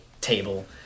table